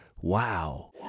wow